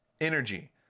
Energy